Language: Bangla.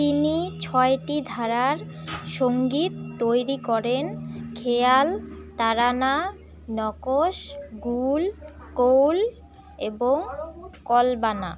তিনি ছয়টি ধারার সঙ্গীত তৈরি করেন খেয়াল তারানা নকশ গুল কোল এবং কলবানা